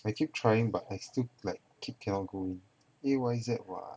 I keep trying but I still like keep cannot go in A_Y_Z [what]